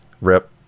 Rip